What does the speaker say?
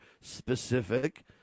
specific